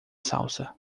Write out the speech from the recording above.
salsa